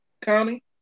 County